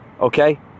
okay